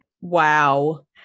Wow